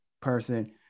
person